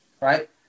right